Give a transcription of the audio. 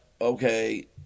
okay